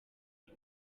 uru